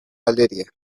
valeria